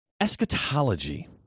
Eschatology